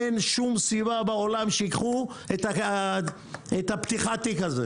אין שום סיבה בעולם שייקחו עבור פתיחת התיק הזאת.